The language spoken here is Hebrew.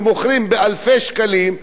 ומוכרים באלפי שקלים.